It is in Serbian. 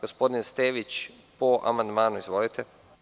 Gospodin Stević, po amandmanu, izvolite.